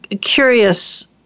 Curious